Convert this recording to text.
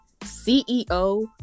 CEO